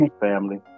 family